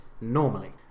normally